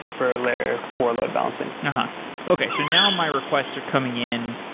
for a layer four load-balancing. and okay. so now my requests are coming in.